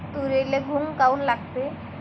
तुरीले घुंग काऊन लागते?